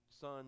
son